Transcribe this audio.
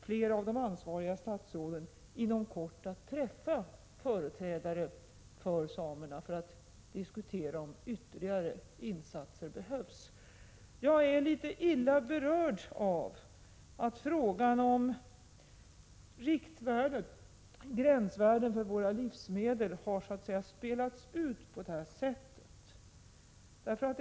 Flera av de ansvariga statsråden kommer inom kort att träffa företrädare för samerna för att diskutera om ytterligare insatser behövs. Jag är litet illa berörd av att frågan om riktvärdena för våra livsmedel har spelats ut på det här sättet.